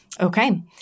Okay